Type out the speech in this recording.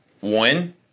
One